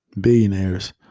billionaires